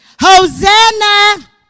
Hosanna